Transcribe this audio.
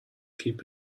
keep